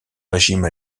régime